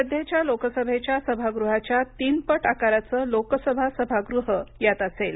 सध्याच्या लोकसभेच्या सभागृहाच्या तीनपट आकाराचं लोकसभा सभागृह यात असेल